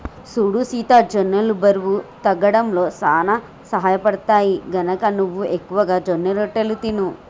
సూడు సీత జొన్నలు బరువు తగ్గడంలో సానా సహయపడుతాయి, గనక నువ్వు ఎక్కువగా జొన్నరొట్టెలు తిను